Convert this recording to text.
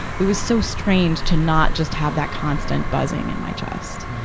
it was so strange to not just have that constant buzzing in my chest.